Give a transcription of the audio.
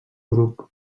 grup